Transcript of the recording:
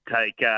take